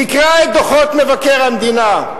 תקרא את דוחות מבקר המדינה.